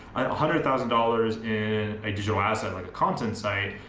hundred thousand dollars in a digital asset, like a content site.